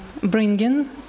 bringing